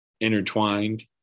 intertwined